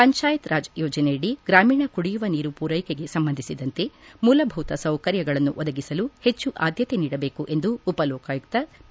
ಪಂಜಾಯತ್ ರಾಜ್ ಯೋಜನೆಯಡಿ ಗ್ರಾಮೀಣ ಕುಡಿಯುವ ನೀರು ಮೂರೈಕೆಗೆ ಸಂಬಂಧಿಸಿದಂತೆ ಮೂಲಭೂತ ಸೌಕರ್ಯಗಳನ್ನು ಒದಗಿಸಲು ಹೆಚ್ಚು ಆದ್ಯತೆ ನೀಡಬೇಕು ಎಂದು ಉಪಲೋಕಾಯುಕ್ತ ಬಿ